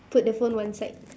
put the phone one side